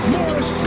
Morris